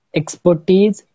expertise